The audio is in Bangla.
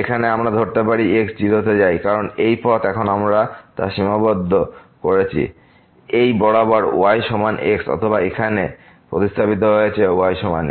এখন আমরা ধরতে পারি x 0 তে যায় কারণ এই পথ এখন আমরা তা সীমাবদ্ধ করেছি এই বরাবর y সমান x অথবা আমরা এখানে প্রতিস্থাপিত হয়েছে y সমান x